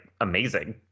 amazing